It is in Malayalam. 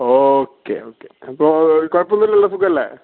ഓക്കെ ഓക്കെ അപ്പോൾ കുഴപ്പമൊന്നുമില്ലല്ലോ സുഖമല്ലേ